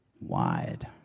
wide